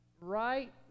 right